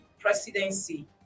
presidency